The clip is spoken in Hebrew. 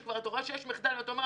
שאתה כבר רואה שיש מחדל ואתה אומר: